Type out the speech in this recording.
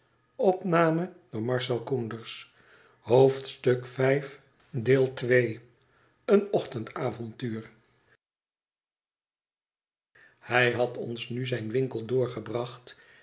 hij had ons nu zijn winkel doorgebracht